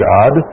God